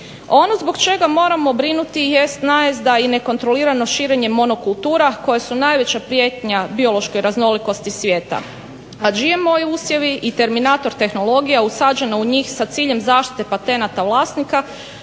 Ono zbog čega moramo brinuti jest najezda i nekontrolirano širenje monokultura koje su najveća prijetnja biološkoj raznolikosti svijeta. A GMO usjevi i terminator tehnologije usađen u njih sa ciljem zaštite patenata vlasnika,